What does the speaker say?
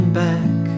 back